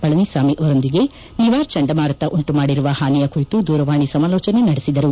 ಪಳನಿಸಾಮಿ ಅವರೊಂದಿಗೆ ನಿವಾರ್ ಚಂಡಮಾರುತ ಉಂಟುಮಾಡಿರುವ ಪಾನಿಯ ಕುರಿತು ದೂರವಾಣಿ ಸಮಾಲೋಜನೆ ನಡೆಸಿದರು